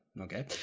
okay